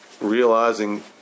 realizing